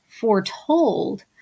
foretold